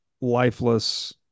lifeless